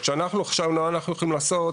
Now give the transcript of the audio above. כשאנחנו עכשיו יכולים לעשות,